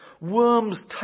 worms